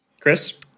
Chris